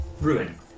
ruin